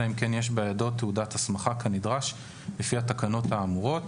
אלא אם כן יש בידו תעודת הסמכה כנדרש לפי התקנות האמורות